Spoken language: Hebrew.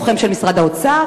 לוחם של משרד האוצר?